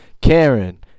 Karen